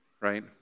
right